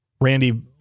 Randy